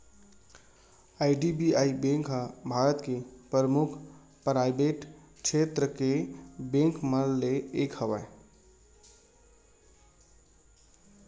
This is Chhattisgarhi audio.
आई.डी.बी.आई बेंक ह भारत के परमुख पराइवेट छेत्र के बेंक मन म ले एक हवय